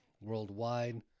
Worldwide